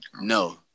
No